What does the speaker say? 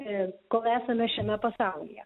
kol esame šiame pasaulyje